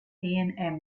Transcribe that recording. iain